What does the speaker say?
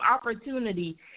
opportunity